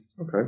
Okay